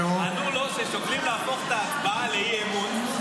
ענו לו ששוקלים להפוך את ההצבעה לאי-אמון,